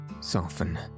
soften